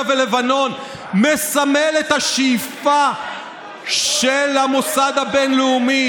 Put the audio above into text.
ולבנון מסמל את השאיפה של המוסד הבין-לאומי,